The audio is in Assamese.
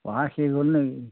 পঢ়া শেষ হ'ল নেকি